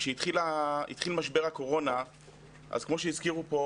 כשהתחיל משבר הקורונה אז כמו שהזכירו פה